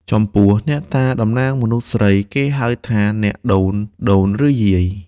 ចំពោះ អ្នកតាតំណាងមនុស្សស្រី គេហៅថា អ្នកដូន ដូន ឬយាយ ។